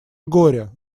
горя